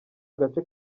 agace